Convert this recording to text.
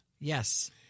Yes